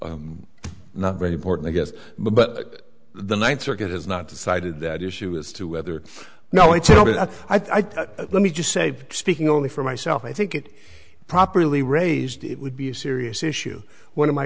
d not very important i guess but the ninth circuit has not decided that issue as to whether now it's ok that i thought let me just say speaking only for myself i think it properly raised it would be a serious issue one of my